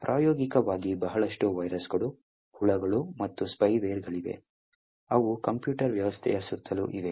ಪ್ರಾಯೋಗಿಕವಾಗಿ ಬಹಳಷ್ಟು ವೈರಸ್ಗಳು ಹುಳುಗಳು ಮತ್ತು ಸ್ಪೈವೇರ್ಗಳಿವೆ ಅವು ಕಂಪ್ಯೂಟರ್ ವ್ಯವಸ್ಥೆಯ ಸುತ್ತಲೂ ಇವೆ